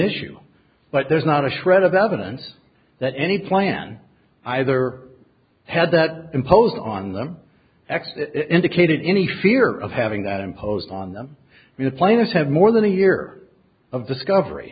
issue but there's not a shred of evidence that any plan either had that imposed on them x that indicated any fear of having that imposed on them and the planners have more than a year of discovery